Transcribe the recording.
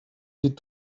die